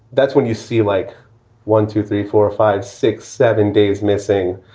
that's when you see like one, two, three, four or five, six, seven days missing.